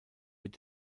wird